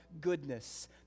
goodness